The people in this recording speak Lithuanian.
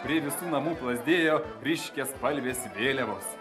prie visų namų plazdėjo ryškiaspalvės vėliavos